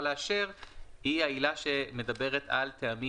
ואם המועד הזה נופל בתוך יום